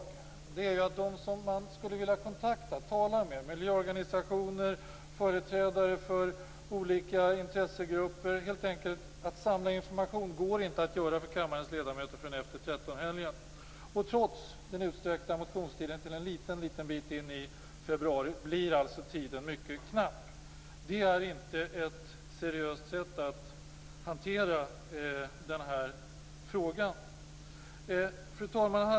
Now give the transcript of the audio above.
Problemet är då att det, om man skulle vilja kontakta och tala med företrädare för miljöorganisationer och olika intressegrupper - helt enkelt för att samla information - inte är möjligt för kammarens ledamöter att ta sådana kontakter förrän efter trettonhelgen. Trots att motionstiden utsträckts till en liten bit in i februari blir tiden mycket knapp. Det här är inte ett seriöst sätt att hantera frågan. Fru talman!